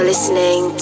Listening